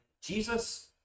Jesus